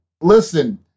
listen